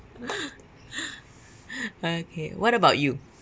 okay what about you